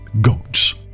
goats